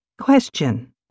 Question